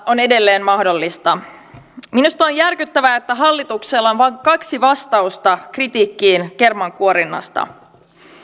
on edelleen mahdollista minusta on järkyttävää että hallituksella on vain kaksi vastausta kritiikkiin kermankuorinnasta